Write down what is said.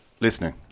listening